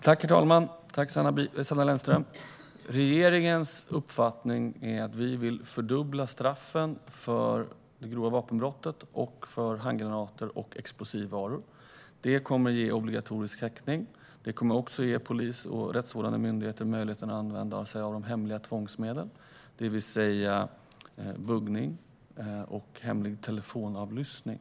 Herr talman! Regeringen vill fördubbla straffen för grovt vapenbrott och för handgranater och explosiva varor. Detta kommer att ge obligatorisk häktning. Det kommer också att ge polis och rättsvårdande myndigheter möjlighet att använda sig av hemliga tvångsmedel, det vill säga buggning och hemlig telefonavlyssning.